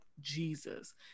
Jesus